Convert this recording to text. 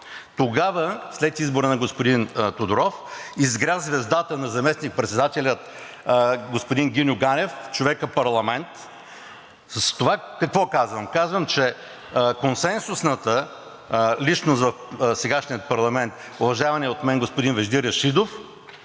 Тогава след избора на господин Тодоров изгря звездата на заместник-председателя господин Гиньо Ганев – човека парламент. С това какво казвам? Казвам, че консенсусната личност в сегашния парламент – уважаваният от мен господин Вежди Рашидов,